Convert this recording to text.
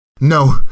No